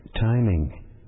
timing